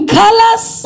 colors